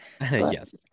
Yes